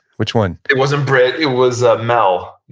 which one? it wasn't bret, it was mel,